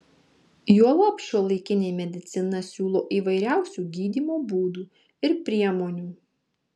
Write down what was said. juolab šiuolaikinė medicina siūlo įvairiausių gydymo būdų ir priemonių